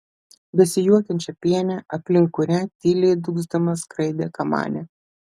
besijuokiančią pienę aplink kurią tyliai dūgzdama skraidė kamanė